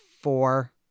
four